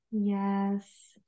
Yes